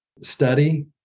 study